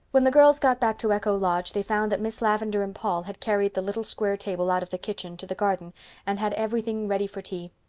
when the girls got back to echo lodge they found that miss lavendar and paul had carried the little square table out of the kitchen to the garden and had everything ready for tea.